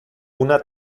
una